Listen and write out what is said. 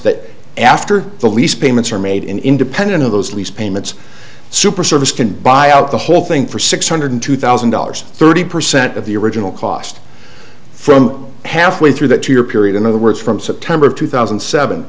that after the lease payments are made in independent of those lease payments super service can buy out the whole thing for six hundred two thousand dollars thirty percent of the original cost from halfway through that two year period in other words from september of two thousand and seven